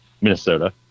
Minnesota